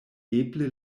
eble